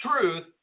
truth